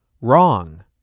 Wrong